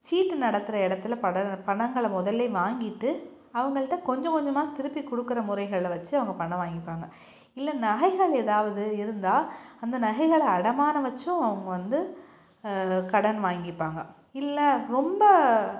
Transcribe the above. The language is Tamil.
சீட்டு நடத்துகிற இடத்துல பட பணங்களை முதல்லையே வாங்கிட்டு அவங்கள்ட்ட கொஞ்சம் கொஞ்சமாக திருப்பி கொடுக்குற முறைகளை வெச்சு அவங்க பணம் வாங்கிப்பாங்க இல்லை நகைகள் ஏதாவது இருந்தால் அந்த நகைகள் அடமானம் வைச்சும் அவங்க வந்து கடன் வாங்கிப்பாங்க இல்லை ரொம்ப